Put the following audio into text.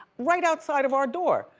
right outside of our door,